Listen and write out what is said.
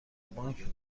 بانک